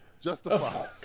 Justify